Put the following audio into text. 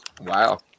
Wow